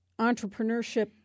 entrepreneurship